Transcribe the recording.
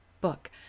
book